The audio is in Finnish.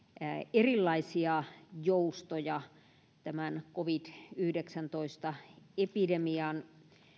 erilaisia joustoja tämän covid yhdeksäntoista epidemian